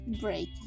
break